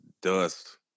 dust